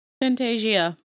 Fantasia